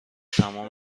تمام